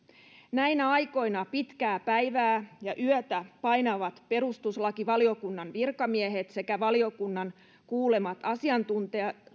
näinä aikoina pitkää päivää ja yötä painavat perustuslakivaliokunnan virkamiehet sekä valiokunnan kuulemat asiantuntijat